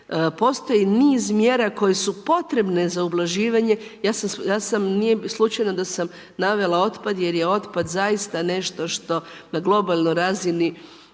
Postoji niz mjera koje su potrebne za ublažavanje. Ja sam, nije slučajno da sam navela otpad jer je otpad zaista nešto što na globalnoj razini